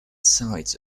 sides